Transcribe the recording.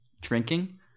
drinking